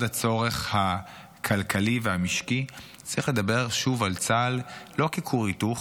הצורך הכלכלי והמשקי צריך לדבר שוב על צה"ל לא ככור היתוך,